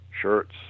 shirts